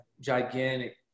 gigantic